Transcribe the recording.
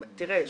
תראה,